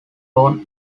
born